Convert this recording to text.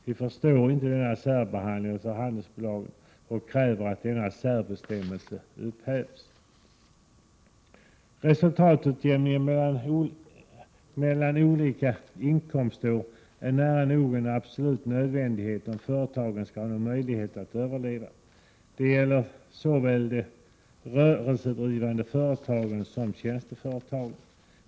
Vi förstår inte denna särbehandling av handelsbolagen och kräver att denna särbestämmelse upphävs. Resultatutjämning mellan olika inkomstår är nära nog en absolut nödvändighet om företagen skall ha någon möjlighet att överleva. Det gäller såväl rörelsedrivande företag som tjänsteföretag.